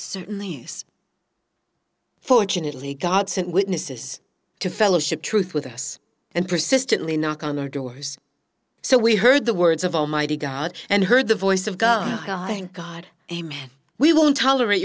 certainly yes fortunately god sent witnesses to fellowship truth with us and persistently knock on their doors so we heard the words of almighty god and heard the voice of god thank god amen we won't tolerate